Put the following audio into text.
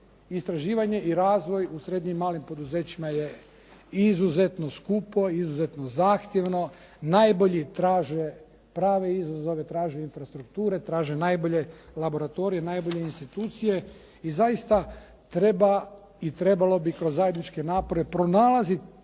Istraživanje i razvoj u srednjim i malim poduzećima je izuzetno skupo, izuzetno zahtjevno, najbolji traže prave izazove, traže infrastrukture, traže najbolje laboratorije, najbolje institucije i zaista treba i trebalo bi ih kroz zajedničke napore pronalaziti.